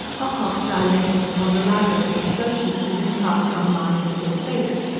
ocock dilated upon the libellous aspersion that had been cast on mahony's good faith.